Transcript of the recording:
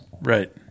Right